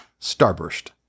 Starburst